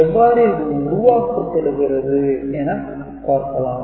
எவ்வாறு இது உருவாக்கப்படுகிறது என பார்க்கலாம்